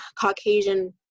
Caucasian